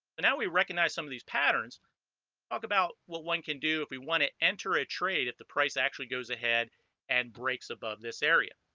now we recognize some of these patterns talk about what one can do if we want to enter a trade if the price actually goes ahead and breaks above this area